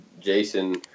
Jason